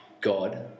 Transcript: God